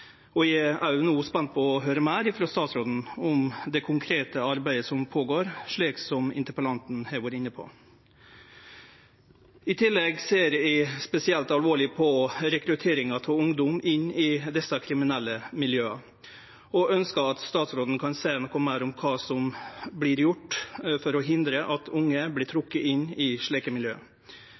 og eg er no spent på å høyre meir frå statsråden om det konkrete arbeidet som går føre seg, slik interpellanten har vore inne på. I tillegg ser eg spesielt alvorleg på rekrutteringa av ungdom inn i desse kriminelle miljøa og ønskjer at statsråden kan seie noko meir om kva som vert gjort for å hindre at unge vert trekte inn i slike